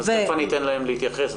בהמשך אני אתן להם להתייחס.